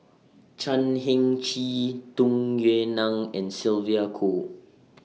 Chan Heng Chee Tung Yue Nang and Sylvia Kho